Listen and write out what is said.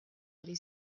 ari